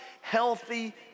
healthy